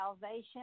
salvation